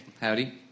Howdy